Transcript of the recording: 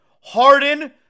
Harden